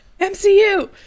MCU